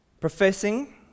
professing